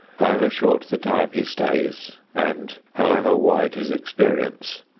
however short the time he stays, and however wide his experience,